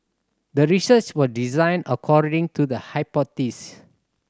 the research was designed according to the hypothesis